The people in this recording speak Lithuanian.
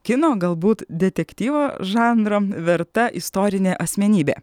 kino galbūt detektyvo žanro verta istorinė asmenybė